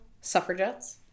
Suffragettes